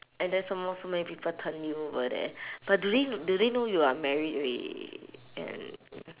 and then some more so many people turn you over there but do they do they know you are married alrea~ and